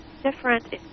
different